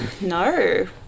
No